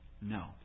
no